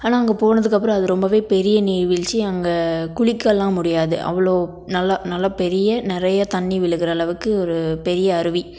ஆனால் அங்கே போனதுக்கப்புறம் அது ரொம்பவே பெரிய நீர்வீழ்ச்சி அங்கே குளிக்கலாம் முடியாது அவ்வளோ நல்லா நல்லா பெரிய நிறைய தண்ணி விழுகுற அளவுக்கு ஒரு பெரிய அருவி